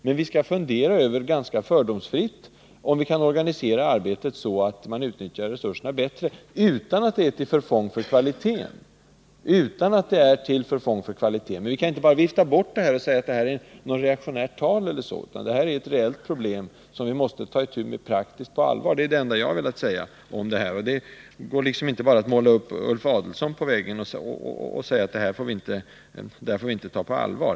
Men vi skall ganska fördomsfritt fundera över om vi kan organisera arbetet så att man utnyttjar resurserna bättre utan att detta är till förfång för kvaliteten. Vi kan alltså inte bara vifta bort kritiken för dåligt utnyttjande och säga att det är reaktionärt tal. Nej, det är ett problem som vi måste ta itu med praktiskt. Det går inte heller att bara måla upp Ulf Adelsohn på väggen och säga att detta kan vi inte ta på allvar.